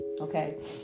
okay